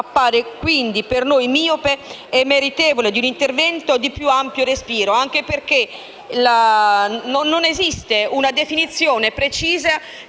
appare quindi per noi miope e meritevole di un intervento di più ampio respiro, anche perché non esiste una definizione precisa